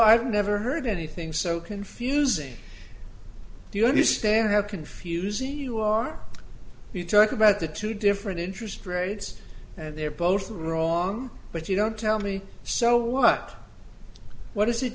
i've never heard anything so confusing do you understand how confusing you are you talk about the two different interest rates and they're both wrong but you don't tell me so what what is it